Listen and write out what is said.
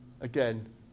again